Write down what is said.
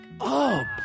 up